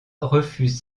refuse